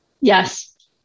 Yes